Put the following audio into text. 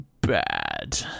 bad